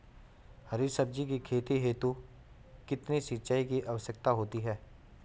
हरी सब्जी की खेती हेतु कितने सिंचाई की आवश्यकता होती है?